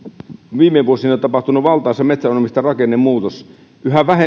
viime vuosina tapahtunut valtaisa metsänomistajarakennemuutos yhä